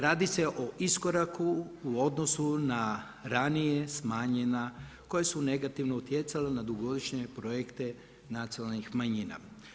Radi se o iskoraku u odnosu na ranije smanjena koja su negativno utjecala na dugogodišnje projekte nacionalnih manjina.